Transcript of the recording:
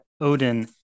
Odin